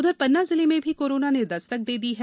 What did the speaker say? उधर पन्ना जिले में भी कोरोना ने दस्तक दे दी है